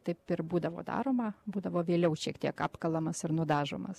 taip ir būdavo daroma būdavo vėliau šiek tiek apkalamas ar nudažomas